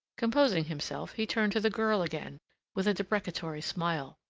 composing himself, he turned to the girl again with a deprecatory smile.